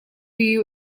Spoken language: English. you